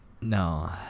No